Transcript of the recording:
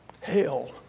Hell